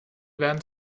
werden